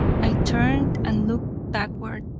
i turned and looked backward,